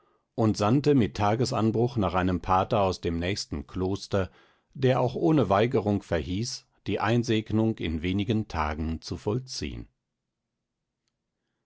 und sandte mit tagesanbruch nach einem pater aus dem nächsten kloster der auch ohne weigerung verhieß die einsegnung in wenigen tagen zu vollziehen